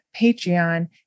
Patreon